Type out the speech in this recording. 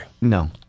No